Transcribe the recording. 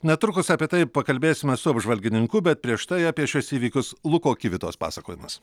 netrukus apie tai pakalbėsime su apžvalgininku bet prieš tai apie šiuos įvykius luko kivitos pasakojimas